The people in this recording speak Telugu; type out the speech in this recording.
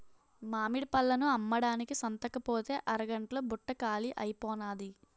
మామిడి పళ్ళను అమ్మడానికి సంతకుపోతే అరగంట్లో బుట్ట కాలీ అయిపోనాది